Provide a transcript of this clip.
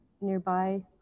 nearby